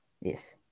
Yes